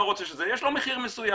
יש לו מחיר מסוים,